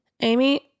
Amy